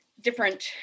different